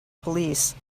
police